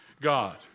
God